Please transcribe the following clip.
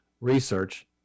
research